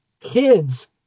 kids